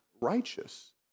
righteous